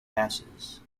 passes